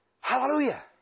Hallelujah